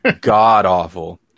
god-awful